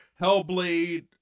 Hellblade